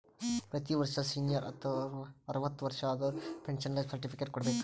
ಪ್ರತಿ ವರ್ಷ ಸೀನಿಯರ್ ಅರ್ವತ್ ವರ್ಷಾ ಆದವರು ಪೆನ್ಶನ್ ಲೈಫ್ ಸರ್ಟಿಫಿಕೇಟ್ ಕೊಡ್ಬೇಕ